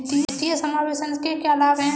वित्तीय समावेशन के क्या लाभ हैं?